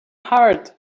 hard